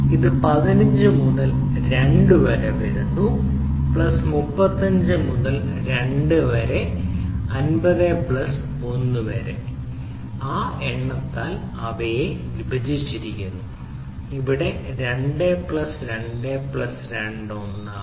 ഇത് 15 മുതൽ 2 വരെ വരുന്നു പ്ലസ് 35 മുതൽ 2 വരെ പ്ലസ് 50 മുതൽ 1 വരെ എണ്ണത്താൽ വിഭജിച്ചിരിക്കുന്നു അത് ഇവിടെ 2 പ്ലസ് 2 പ്ലസ് 1 ആണ്